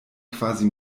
quasi